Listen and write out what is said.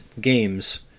games